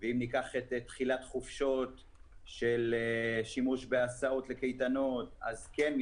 ואם ניקח את תחילת החופשות עם הסעות לקייטנות כן,